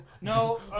No